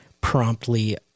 promptly